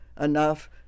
enough